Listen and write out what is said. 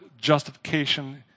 justification